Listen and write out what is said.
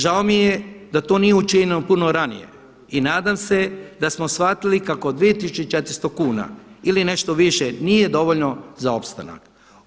Žao mi je da to nije učinjeno puno ranije i nadam se da smo shvatili kao 2.400 kuna ili nešto više nije dovoljno za opstanak.